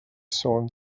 sôn